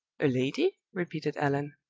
a lady? repeated allan.